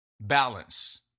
balance